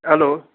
hello